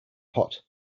hot